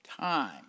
time